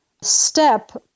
step